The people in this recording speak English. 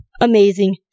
amazing